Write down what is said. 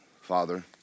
Father